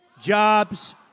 Jobs